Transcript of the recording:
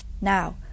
Now